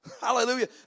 hallelujah